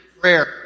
prayer